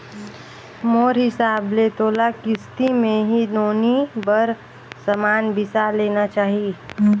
मोर हिसाब ले तोला किस्ती मे ही नोनी बर समान बिसा लेना चाही